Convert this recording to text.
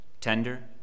tender